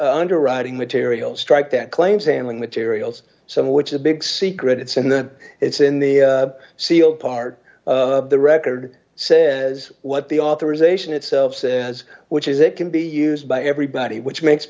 underwriting material strike that claims handling materials some of which is a big secret it's in the it's in the sealed part of the record says what the authorization itself says which is it can be used by everybody which makes